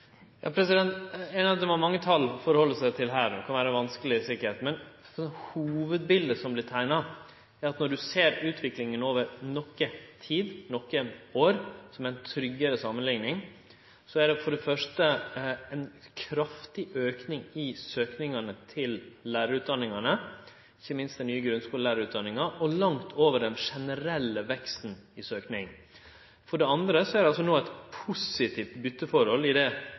at det var mange tal her. Det kan sikkert vere vanskeleg. Men hovudbiletet som vert teikna, er at når du ser utviklinga over nokre år, som er ei tryggare samanlikning, så er det for det første ein kraftig auke i søkinga til lærarutdanningane – ikkje minst til den nye grunnskulelærarutdanninga – og langt over den generelle veksten i søkinga. For det andre er det altså no eit positivt byteforhold det siste året, som eg refererte tal frå, mellom skulen og samfunnet utanfor. Det